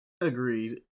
Agreed